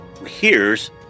hears